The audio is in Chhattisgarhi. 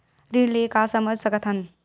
ऋण ले का समझ सकत हन?